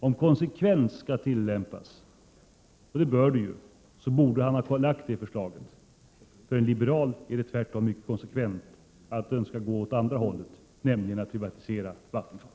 Om konsekvens skall tillämpas — och så bör ju ske — borde Åke Wictorsson ha lagt fram det förslaget. För en liberal är det tvärtom mycket konsekvent att önska gå åt det andra hållet, dvs. att privatisera Vattenfall.